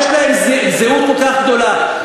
יש להם זהות כל כך גדולה,